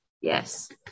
Yes